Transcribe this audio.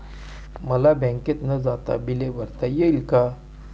मला बँकेत न जाता बिले भरता येतील का?